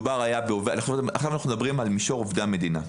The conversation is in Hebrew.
אנחנו מדברים על מישור עובדי המדינה.